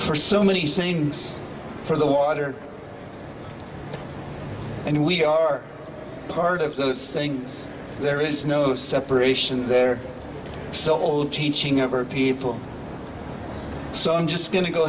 for so many things for the water and we are part of those things there is no separation there so old teaching over people so i'm just go